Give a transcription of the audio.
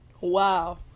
Wow